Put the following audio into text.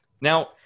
now